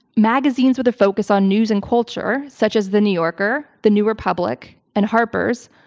magazines with a focus on news and culture, such as the new yorker, the new republic and harper's,